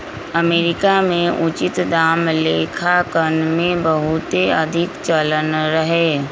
America में उचित दाम लेखांकन के बहुते अधिक चलन रहै